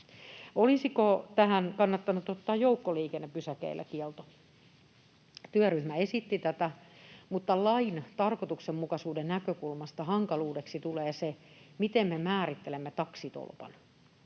Olisiko tähän kannattanut ottaa kielto joukkoliikennepysäkeillä? Työryhmä esitti tätä, mutta lain tarkoituksenmukaisuuden näkökulmasta hankaluudeksi tulee se, miten me määrittelemme taksitolpan.